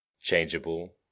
changeable